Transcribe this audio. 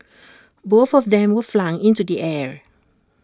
both of them were flung into the air